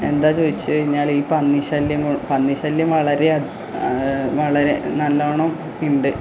എന്താണെന്ന് ചോദിച്ച് കഴിഞ്ഞാൽ ഈ പന്നി ശല്യം പന്നി ശല്യം വളരെയധികം വളരെ നല്ലോണം ഉണ്ട്